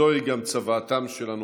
זוהי גם צוואתם של הנופלים.